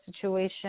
situation